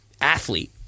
athlete